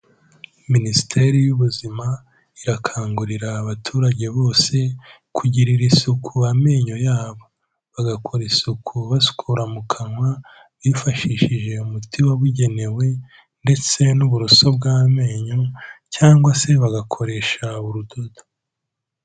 Minisiteri y'Ubuzima irakangurira abaturage bose kugirira isuku amenyo yabo, bagakora isuku basukura mu kanwa bifashishije umuti wabugenewe ndetse n'uburoso bw'amenyo cyangwa se bagakoresha urudodo.